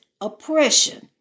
oppression